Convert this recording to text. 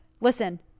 listen